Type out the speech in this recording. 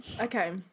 okay